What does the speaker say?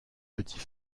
petit